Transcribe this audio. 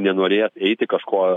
nenorės eiti kažko